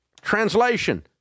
Translation